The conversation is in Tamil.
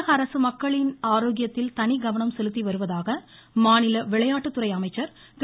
தமிழக அரசு மக்களின் ஆரோக்கியத்தில் தனிகவனம் செலுத்தி வருவதாக மாநில விளையாட்டுத்துறை அமைச்சர் திரு